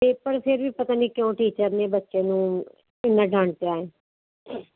ਅਤੇ ਪਰ ਫਿਰ ਵੀ ਪਤਾ ਨਹੀਂ ਕਿਉਂ ਟੀਚਰ ਨੇ ਬੱਚੇ ਨੂੰ ਕਿੰਨਾ ਡਾਂਟਿਆ